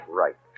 right